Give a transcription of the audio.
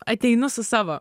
ateinu su savo